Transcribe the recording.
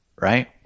Right